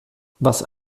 was